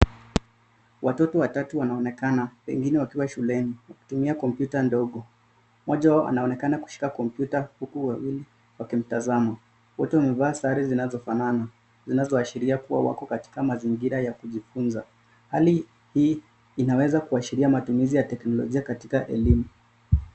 Watoto watatu wanaonekana pengine wakiwa shuleni wakitumia kompyuta ndogo. Mmoja wao anaonekana kushika kompyuta huku wengine wawili wakimtazama. Wote wamevaa sare zinazofanana zinazoashiria kuwa wako katika mazingira ya kujifunza. Hali hii inaweza kuashiria matumizi ya teknolojia katika elimu.